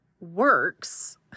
works